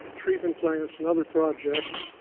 treatment plants, and other projects.